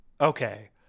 okay